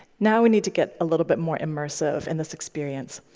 now we need to get a little bit more immersive in this experience.